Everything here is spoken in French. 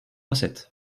recettes